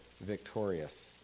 victorious